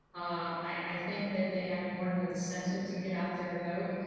i think that they have more of an incentive to get out there and vote.